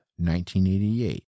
1988